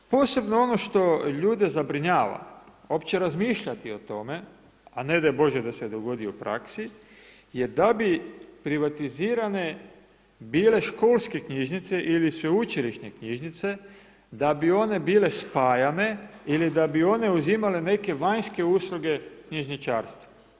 Posebno ono što ljude zabrinjava, opće razmišljati o tome, a ne daj Bože da se dogodi u praksi, da bi privatizirane, bile školske knjižnice ili sveučilišne knjižnice da bi one bile spajane ili da bi one uzimale neke vanjske usluge knjižničarstva.